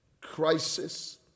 crisis